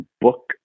book